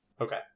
Okay